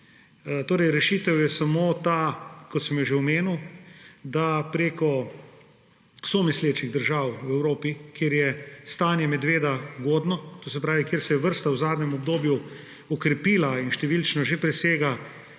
je torej samo ta, ki sem jo že omenil – da prek somislečih držav v Evropi, kjer je stanje medveda ugodno, to se pravi, kjer se je vrsta v zadnjem obdobju okrepila in številčno že presega